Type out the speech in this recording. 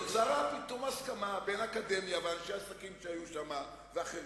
נוצרה פתאום הסכמה בין האקדמיה ואנשי העסקים שהיו שם ואחרים,